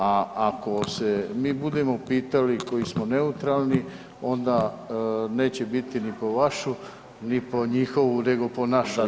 A ako se mi budemo pitali koji smo neutralni, onda neće biti ni po vašu, ni po njihovu nego po našu.